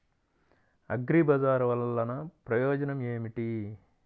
అగ్రిబజార్ వల్లన ప్రయోజనం ఏమిటీ?